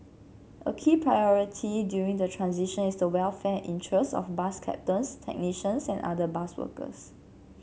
a key priority during the transition is the welfare and interests of bus captains technicians and other bus workers